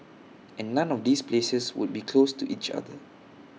and none of these places would be close to each other